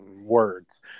words